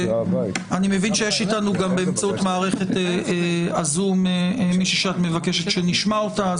אני מבין שיש איתנו גם באמצעות מערכת הזום מישהי שאת מבקשת שנשמע אותה.